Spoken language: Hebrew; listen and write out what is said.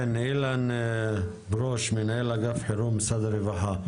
כן, אילן ברוש, מנהל אגף חירום, משרד הרווחה.